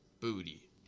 Booty